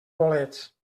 bolets